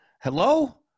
hello